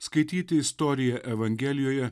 skaityti istoriją evangelijoje